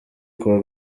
kuwa